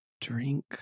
drink